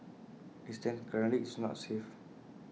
as IT stands currently IT is not safe